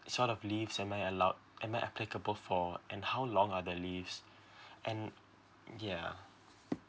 sort of leaves am I allowed am I applicable for and how long are the leaves and yeah